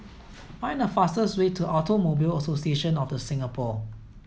find the fastest way to Automobile Association of The Singapore